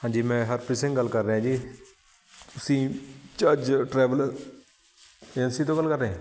ਹਾਂਜੀ ਮੈਂ ਹਰਪ੍ਰੀਤ ਸਿੰਘ ਗੱਲ ਕਰ ਰਿਹਾ ਜੀ ਤੁਸੀਂ ਝੱਜ ਟਰੈਵਲ ਏਜੰਸੀ ਤੋਂ ਗੱਲ ਕਰ ਰਹੇ